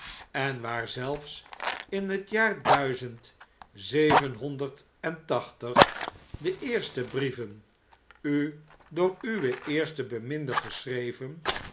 en waar zelfs in het jaar duizend zevenhonderd en tachtig de eerste brieven u door uwe eerste beminde geschreven